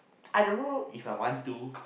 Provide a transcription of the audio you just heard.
I don't know If I want to